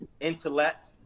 intellect